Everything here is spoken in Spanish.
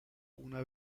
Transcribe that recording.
una